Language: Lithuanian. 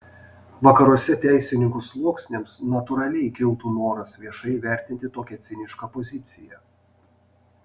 vakaruose teisininkų sluoksniams natūraliai kiltų noras viešai įvertinti tokią cinišką poziciją